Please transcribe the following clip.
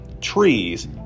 trees